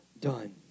done